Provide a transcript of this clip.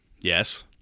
Yes